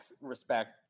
respect